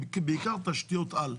בעיקר תשתיות על.